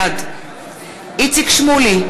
בעד איציק שמולי,